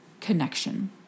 connection